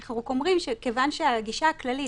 אנחנו רק אומרים שכיוון שהגישה הכללית,